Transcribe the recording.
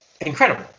incredible